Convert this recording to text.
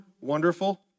wonderful